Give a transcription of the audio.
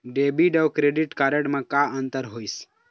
Debit अऊ credit card म का अंतर होइस?